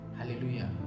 Hallelujah